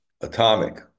atomic